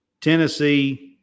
Tennessee